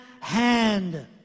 hand